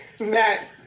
Matt